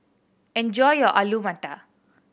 enjoy your Alu Matar